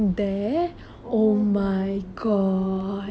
oh my god